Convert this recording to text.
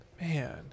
Man